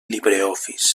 libreoffice